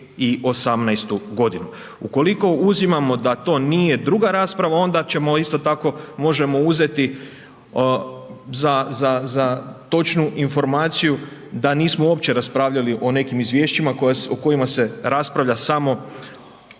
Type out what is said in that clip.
2018.-tu godinu. Ukoliko uzimamo da to nije druga rasprava, onda ćemo isto tako, možemo uzeti za točnu informaciju da nismo uopće raspravljali o nekim Izvješćima o kojima se raspravlja samo u